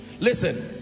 listen